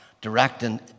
directing